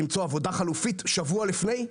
למצוא עבודה חלופית שבוע לפני?